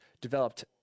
developed